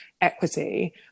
equity